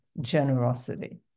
generosity